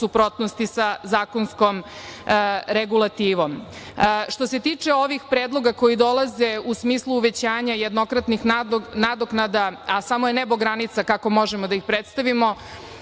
suprotnosti sa zakonskom regulativom. Što se tiče ovih predloga koji dolaze u smislu uvećanja jednokratnih nadoknada, a samo je nebo granica, kako možemo da ih predstavimo,